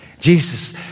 Jesus